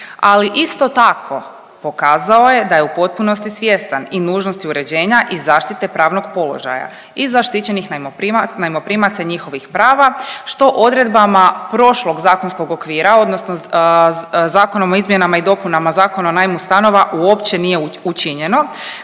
ali isto tako pokazao je da je u potpunosti svjestan i nužnosti uređenja i zaštite pravnog položaja i zaštićenih najmoprimaca i njihovih prava što odredbama prošlog zakonskog okvira odnosno Zakonom o izmjenama i dopunama Zakona o najmu stanova uopće nije učinjeno